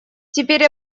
теперь